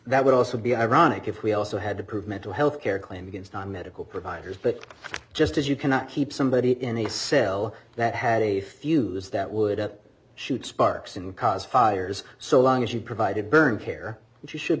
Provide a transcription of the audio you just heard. that would also be ironic if we also had to prove mental health care claim against non medical providers but just as you cannot keep somebody in a cell that had a fuse that would up shoot sparks and cause fires so long as you provided burn care and you should